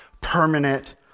permanent